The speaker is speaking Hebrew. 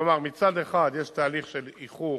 כלומר, מצד אחד יש תהליך של איחור